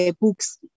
books